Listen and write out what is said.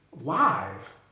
live